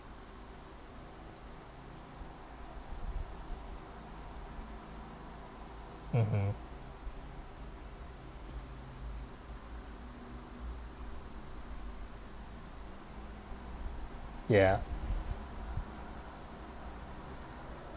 mmhmm ya